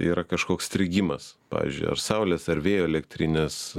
yra kažkoks strigimas pavyzdžiui ar saulės ar vėjo elektrinės